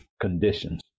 conditions